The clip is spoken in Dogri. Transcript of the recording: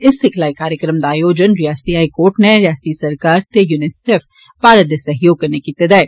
इस सिखलाई कार्यक्रम दा आयोजन रियासत हाई कोर्ट नै रियासती सरकार ते यूनिसेफ भारत दे सहयोग कन्नै कीते दा ऐ